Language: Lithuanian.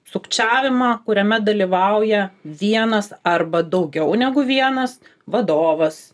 sukčiavimą kuriame dalyvauja vienas arba daugiau negu vienas vadovas